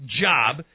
job